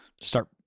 Start